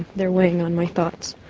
they are weighing on my thoughts.